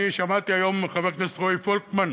אני שמעתי היום, חבר הכנסת רועי פולקמן,